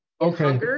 Okay